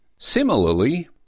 Similarly